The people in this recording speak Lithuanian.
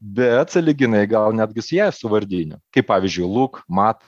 bet sąlyginai gal netgi sieja su vardiniu kaip pavyzdžiui luk mat